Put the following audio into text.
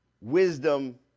Wisdom